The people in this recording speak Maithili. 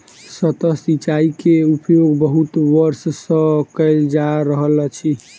सतह सिचाई के उपयोग बहुत वर्ष सँ कयल जा रहल अछि